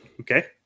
Okay